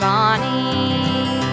Bonnie